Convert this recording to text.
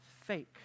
fake